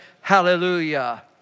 hallelujah